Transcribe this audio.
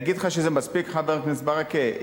להגיד לך שזה מספיק, חבר הכנסת ברכה?